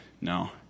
no